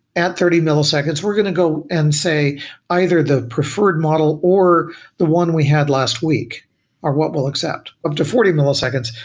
at thirty milliseconds, we're going to go and say either the preferred model or the one we had last week are what we'll accept up to forty milliseconds.